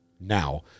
now